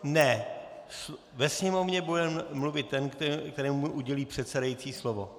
Ne, ve sněmovně bude mluvit ten, kterému udělí předsedající slovo.